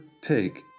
take